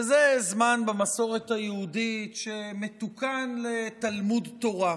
וזה זמן במסורת היהודית שמתוקן לתלמוד תורה.